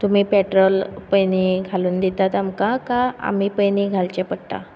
तुमी पेट्रोल पयलीं घालून दितात आमकां आमी पयलीं घालचें पडटा